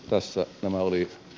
tässä nämä olivat